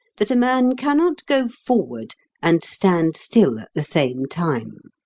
that a man cannot go forward and stand still at the same time.